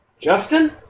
Justin